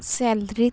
ਸੈਲਰਿਤ